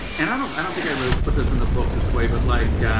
and i don't i don't think i really put this in the book this way. but like,